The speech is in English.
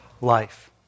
life